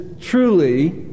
truly